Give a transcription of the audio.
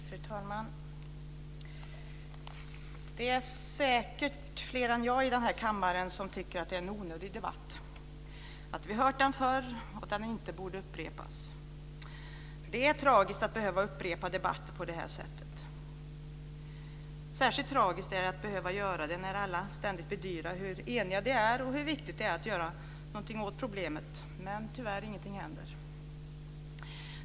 Fru talman! Det är säkert fler än jag i den här kammaren som tycker att det är en onödig debatt, att vi hört den förr och att den inte borde upprepas. Det är tragiskt att behöva upprepa debatter på det här sättet. Särskilt tragiskt är det att behöva göra det när alla ständigt bedyrar hur eniga vi är och hur viktigt det är att göra någonting åt problemet. Men tyvärr händer ingenting.